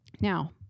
Now